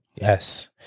Yes